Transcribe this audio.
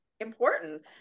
important